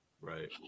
Right